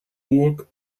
burg